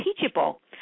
teachable